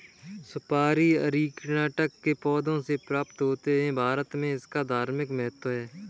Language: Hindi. सुपारी अरीकानट के पौधों से प्राप्त होते हैं भारत में इसका धार्मिक महत्व है